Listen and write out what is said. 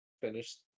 Finished